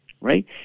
right